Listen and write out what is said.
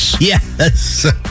Yes